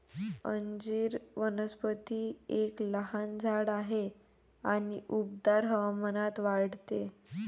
अंजीर वनस्पती एक लहान झाड आहे आणि उबदार हवामानात वाढते